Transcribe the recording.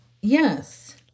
Yes